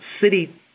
city